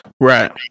right